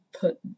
put